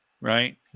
right